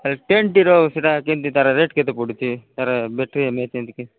ସେ ଟେନ୍ଟିର ସେଇଟା କେମିତି ତା'ର ରେଟ୍ କେତେ ପଡ଼ୁଛି ତା'ର ବ୍ୟାଟେରୀ ଏମ୍ ଆଇ କେମିତି କି